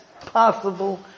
possible